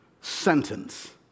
sentence